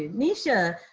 nisha,